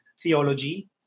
theology